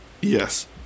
Yes